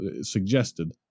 suggested